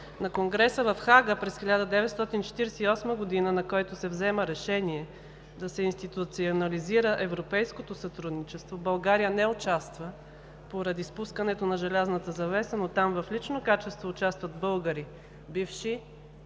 На Конгреса в Хага през 1948 г., на който се взема решение да се институционализира европейското сътрудничество, България не участва поради спускането на желязната завеса, но там в лично качество участват българи, бивши